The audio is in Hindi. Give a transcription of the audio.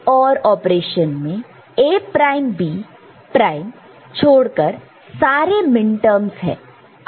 इस OR ऑपरेशन में A प्राइम B प्राइम छोड़कर सारे मिनटर्म्स है